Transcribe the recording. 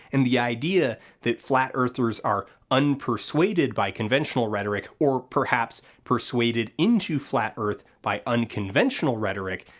and the idea that flat earthers are unpersuaded by conventional rhetoric, or perhaps persuaded into flat earth by unconventional rhetoric,